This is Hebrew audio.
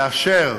לאשר